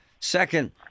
Second